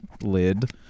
lid